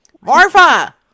Marfa